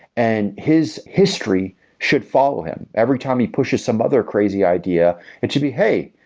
and his history should follow him. every time he pushes some other crazy idea it should be, hey,